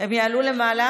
יעלו למעלה,